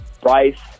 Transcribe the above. Bryce